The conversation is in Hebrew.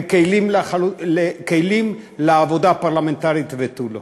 הם כלים לעבודה פרלמנטרית ותו לא.